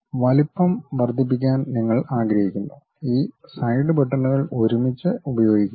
വലുപ്പം വർദ്ധിപ്പിക്കാൻ നിങ്ങൾ ആഗ്രഹിക്കുന്നു ഈ സൈഡ് ബട്ടണുകൾ ഒരുമിച്ച് ഉപയോഗിക്കുക